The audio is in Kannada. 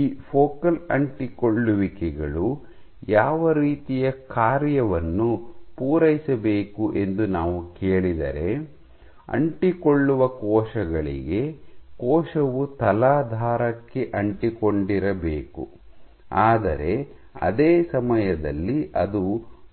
ಈ ಫೋಕಲ್ ಅಂಟಿಕೊಳ್ಳುವಿಕೆಗಳು ಯಾವ ರೀತಿಯ ಕಾರ್ಯವನ್ನು ಪೂರೈಸಬೇಕು ಎಂದು ನಾವು ಕೇಳಿದರೆ ಅಂಟಿಕೊಳ್ಳುವ ಕೋಶಗಳಿಗೆ ಕೋಶವು ತಲಾಧಾರಕ್ಕೆ ಅಂಟಿಕೊಂಡಿರಬೇಕು ಆದರೆ ಅದೇ ಸಮಯದಲ್ಲಿ ಅದು